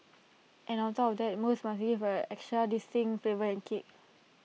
and on top of that both must get an extra distinct flavour and kick